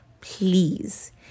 Please